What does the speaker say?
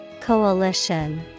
Coalition